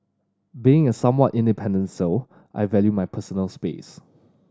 being a somewhat independent soul I value my personal space